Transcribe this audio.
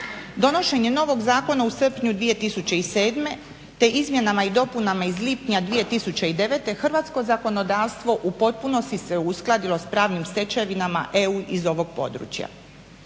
Donošenje novog zakona u srpnju 2007. te izmjenama i dopunama iz lipnja 2009. Hrvatsko zakonodavstvo u potpunosti se uskladilo s pravnim stečevinama EU iz ovog područja.